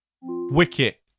Wicket